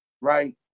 right